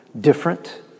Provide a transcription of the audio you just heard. different